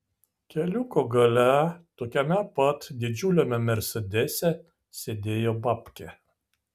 keliuko gale tokiame pat didžiuliame mersedese sėdėjo babkė